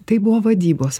tai buvo vadybos